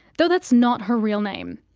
though that's not her real name.